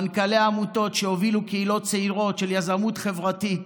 מנכ"לי עמותות שהובילו קהילות צעירות של יזמות חברתית,